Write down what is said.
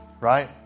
right